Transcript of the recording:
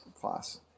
class